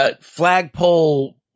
flagpole